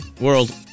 World